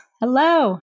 Hello